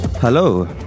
Hello